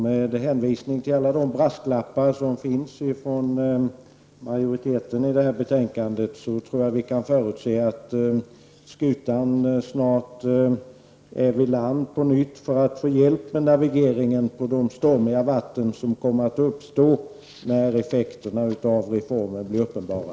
Med hänvisning till alla de brasklappar som majoriteten för in i detta betänkande, tror jag att vi kan förutse att skutan snart på nytt söker sig mot land för att få hjälp med navigeringen på de stormiga vatten som blir följden av att effekterna av reformen blir uppenbara.